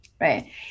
right